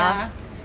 ya